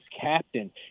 captain